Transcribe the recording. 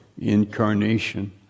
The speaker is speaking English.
incarnation